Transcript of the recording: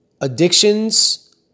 Addictions